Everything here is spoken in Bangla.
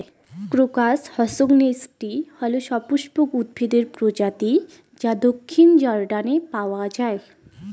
ক্রোকাস হসকনেইচটি হল সপুষ্পক উদ্ভিদের প্রজাতি যা দক্ষিণ জর্ডানে পাওয়া য়ায়